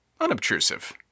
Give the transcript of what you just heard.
unobtrusive